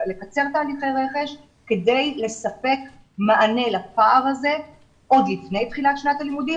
לקצר תהליכי רכש כדי לספק מענה לפער הזה עוד לפני תחילת שנת הלימודים